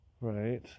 Right